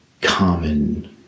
common